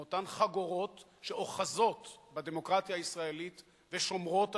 מאותן "חגורות" שאוחזות בדמוקרטיה הישראלית ושומרות עליה,